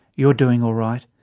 you're doing alright.